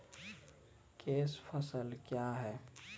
Cash फसल क्या हैं?